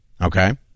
Okay